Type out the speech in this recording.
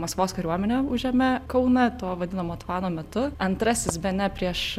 maskvos kariuomenė užėmė kauną to vadinamo tvano metu antrasis bene prieš